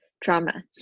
trauma